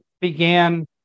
began